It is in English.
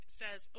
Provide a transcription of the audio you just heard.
says